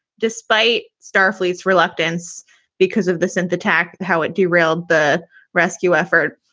despite starfleet's reluctance because of the cynth attack, how it derailed the rescue effort.